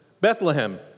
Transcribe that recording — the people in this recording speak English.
Bethlehem